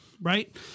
right